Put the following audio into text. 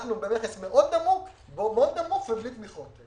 אנחנו במכס נמוך מאוד ובלי תמיכות,